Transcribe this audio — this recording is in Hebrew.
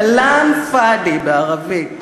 כַּלַאם פַאד'י, בערבית.